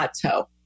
plateau